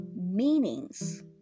meanings